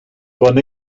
con